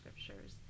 scriptures